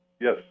Yes